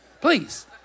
please